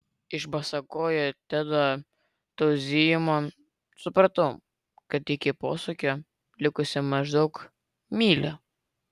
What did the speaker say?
iš basakojo tedo tauzijimo supratau kad iki posūkio likusi maždaug mylia